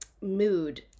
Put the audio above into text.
mood